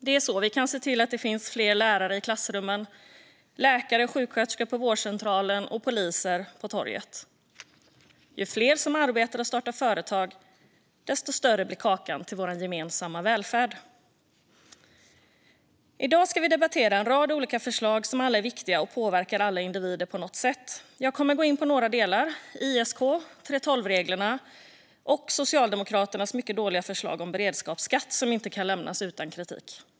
Det är så vi kan se till att det finns lärare i klassrummen, läkare och sjuksköterskor på vårdcentralen och poliser på torget. Ju fler som arbetar och startar företag, desto större blir kakan till vår gemensamma välfärd. I dag debatterar vi en rad olika förslag som alla är viktiga och påverkar alla individer på något sätt. Jag kommer att gå in på några delar: ISK, 3:12-reglerna och Socialdemokraternas mycket dåliga förslag om beredskapsskatt, som inte kan lämnas utan kritik.